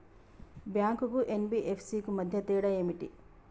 Bank కు NBFC కు మధ్య తేడా ఏమిటి?